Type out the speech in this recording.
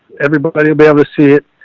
everybody will be able to see it.